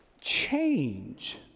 change